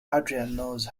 knows